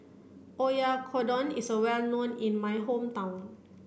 Oyakodon is well known in my hometown